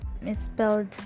misspelled